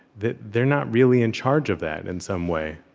that they're not really in charge of that in some way.